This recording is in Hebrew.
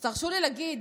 אז תרשו לי להגיד